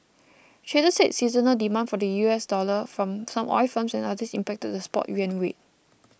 traders said seasonal demand for the U S dollar from some oil firms and others impacted the spot yuan rate